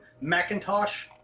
Macintosh